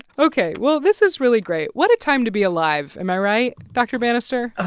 ok. well, this is really great. what a time to be alive. am i right, dr. bannister? ah